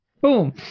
boom